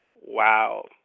Wow